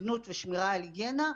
התמגנות ושמירה על ההיגיינה,